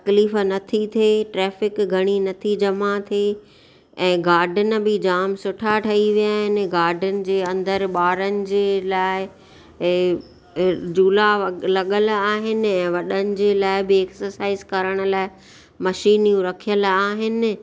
तकलीफ़ु नथी थिए ट्रैफिक घणी नथी जमा थिए ऐं गार्डिन बि जाम सुठा ठही विया आहिनि गार्डिन जे अंदरि ॿारनि जे लाइ झूला लॻल आहिनि ऐं वॾनि जे लाइ बि ऐक्सरसाइज़ करण लाइ मशीनियूं रखियलु आहिनि